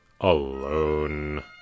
alone